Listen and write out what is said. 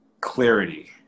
clarity